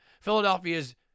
Philadelphia's